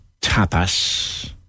tapas